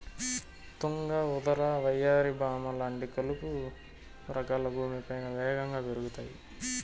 తుంగ, ఉదర, వయ్యారి భామ లాంటి కలుపు రకాలు భూమిపైన వేగంగా పెరుగుతాయి